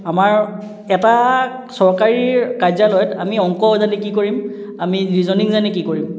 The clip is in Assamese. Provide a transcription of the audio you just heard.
আমাৰ এটা চৰকাৰী কাৰ্যালয়ত আমি অংক জানি কি কৰিম আমি ৰিজনিং জানি কি কৰিম